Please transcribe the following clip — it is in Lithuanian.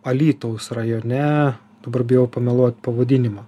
alytaus rajone dabar bijau pameluot pavadinimą